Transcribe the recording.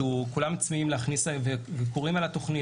כולם קוראים על התוכנית,